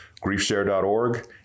griefshare.org